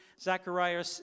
Zechariah